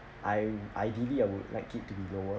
I ideally I would like it to be lower